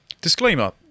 Disclaimer